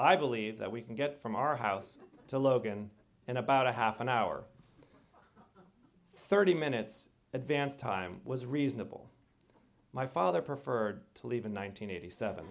i believe that we can get from our house to logan in about a half an hour thirty minutes advance time was reasonable my father preferred to leave in